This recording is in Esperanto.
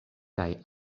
kaj